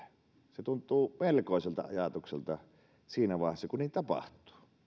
se tuntuu melkoiselta ajatukselta siinä vaiheessa kun niin tapahtuu